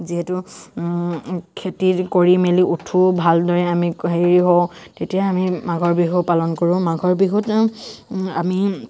যিহেতু খেতি কৰি মেলি উঠো ভালদৰে আমি হেৰি হওঁ তেতিয়া আমি মাঘৰ বিহু পালন কৰো মাঘৰ বিহুত আমি